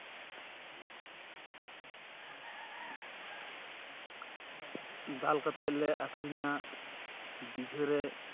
ᱫᱟᱞ ᱠᱟᱛᱮᱫ ᱞᱮ ᱟᱹᱠᱷᱨᱤᱧᱟ ᱵᱤᱜᱷᱟᱹ ᱨᱮ